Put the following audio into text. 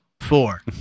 Four